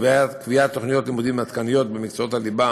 קביעת תוכניות לימודים עדכניות במקצועות הליבה